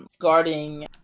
guarding